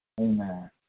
Amen